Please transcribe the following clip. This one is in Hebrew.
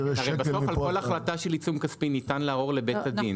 כל החלטה של עיצום כספי ניתן לערור לבית הדין.